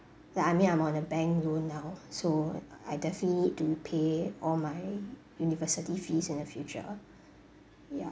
ya I mean I'm on a bank loan now so I definitely need to pay all my university fees in the future ya